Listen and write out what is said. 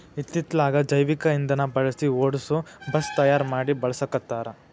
ಇತ್ತಿತ್ತಲಾಗ ಜೈವಿಕ ಇಂದನಾ ಬಳಸಿ ಓಡಸು ಬಸ್ ತಯಾರ ಮಡಿ ಬಳಸಾಕತ್ತಾರ